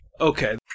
Okay